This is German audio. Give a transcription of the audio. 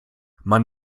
man